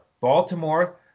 Baltimore